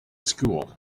school